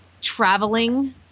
traveling